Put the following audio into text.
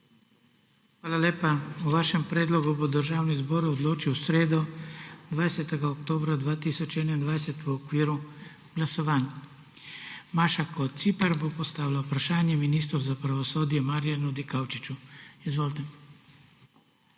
Hvala lepa. O vašem predlogu bo Državni zbor odločil v sredo, 20. oktobra 2021, v okviru glasovanj. Maša Kociper bo postavila vprašanje ministru za pravosodje Marjanu Dikaučiču. Izvolite.